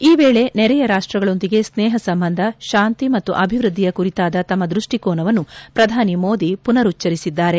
ಈ ವೇಳೆ ನೆರೆಯ ರಾಷ್ಟಗಳೊಂದಿಗೆ ಸ್ನೇಪ ಸಂಬಂಧ ಶಾಂತಿ ಮತ್ತು ಅಭಿವೃದ್ಧಿಯ ಕುರಿತಾದ ತಮ್ಮ ದೃಷ್ಟಿಕೋನವನ್ನು ಪ್ರಧಾನಿ ಮೋದಿ ಪುನರುಚ್ಚರಿಸಿದ್ದಾರೆ